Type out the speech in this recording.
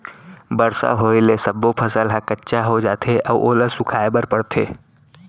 बरसा होए ले सब्बो फसल ह कच्चा हो जाथे अउ ओला सुखोए बर परथे